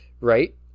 right